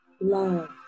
love